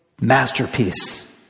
masterpiece